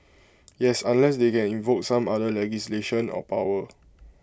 yes unless they can invoke some other legislation or power